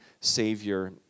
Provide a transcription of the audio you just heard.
Savior